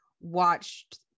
watched